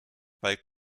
weil